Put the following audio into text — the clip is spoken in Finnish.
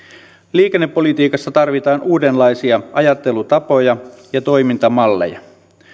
liikennepolitiikassa tarvitaan uudenlaisia ajattelutapoja ja toimintamalleja